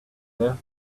there